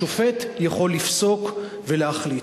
השופט יכול לפסוק ולהחליט.